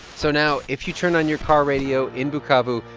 so now if you turn on your car radio in bukavu,